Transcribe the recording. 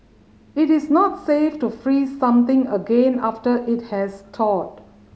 it is not safe to freeze something again after it has thawed